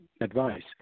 advice